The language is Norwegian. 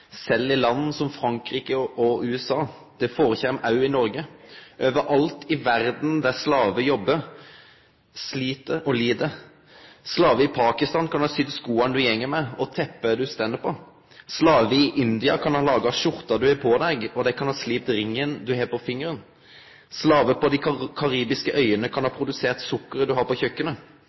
i land som Frankrike og USA. Det skjer òg i Noreg. Overalt i verda er det slavar som jobbar, slit og lir. Slavar i Pakistan kan ha sydd skoa du går med, og teppet du står på. Slavar i India kan ha laga skjorta du har på deg, og dei kan ha slipt ringen du har på fingeren. Slavar på dei karibiske øyane kan ha produsert sukkeret du har på